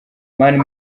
mani